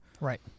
Right